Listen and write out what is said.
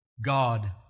God